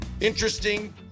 interesting